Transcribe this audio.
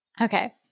okay